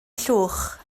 llwch